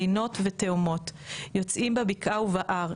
עינות ותהומות יוצאים בבקעה ובהר.